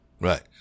Right